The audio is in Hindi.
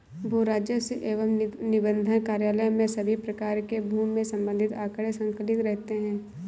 भू राजस्व एवं निबंधन कार्यालय में सभी प्रकार के भूमि से संबंधित आंकड़े संकलित रहते हैं